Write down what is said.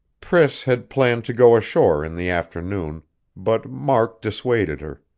priss had planned to go ashore in the afternoon but mark dissuaded her.